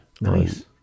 Nice